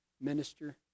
minister